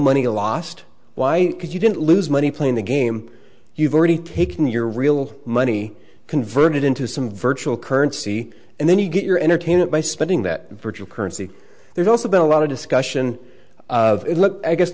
money lost why because you didn't lose money playing the game you've already taken your real money converted into some virtual currency and then you get your entertainment by spending that virtual currency there's also been a lot of discussion of i